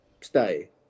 stay